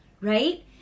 right